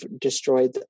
destroyed